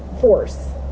force